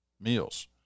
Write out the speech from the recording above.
meals